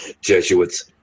Jesuits